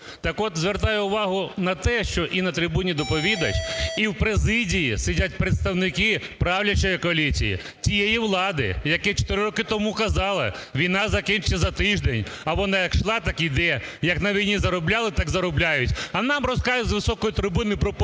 Так от, звертаю увагу на те, що і на трибуні доповідач, і в президії сидять представники правлячої коаліції, тієї влади, які 4 роки тому казали: "Війна закінчиться за тиждень". А вона як йшла, так і йде, як на війні заробляли, так і заробляють! А нам розказують з високої трибуни про популізм